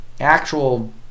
actual